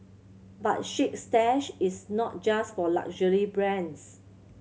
but Chic Stash is not just for luxury